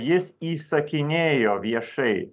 jis įsakinėjo viešai